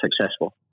successful